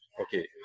Okay